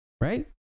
right